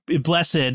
blessed